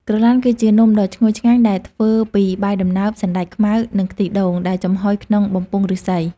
ក្រឡានគឺជានំដ៏ឈ្ងុយឆ្ងាញ់ដែលធ្វើពីបាយដំណើប សណ្តែកខ្មៅ និងខ្ទិះដូង ដែលចំហុយក្នុងបំពង់ឫស្សី។